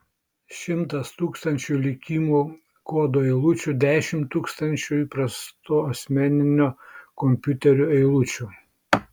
šimtas tūkstančių likimo kodo eilučių dešimt tūkstančių įprasto asmeninio kompiuterio eilučių